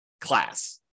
class